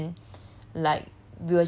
so initially when